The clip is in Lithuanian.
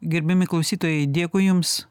gerbiami klausytojai dėkui jums